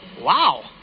Wow